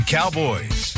Cowboys